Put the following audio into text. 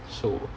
so